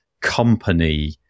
company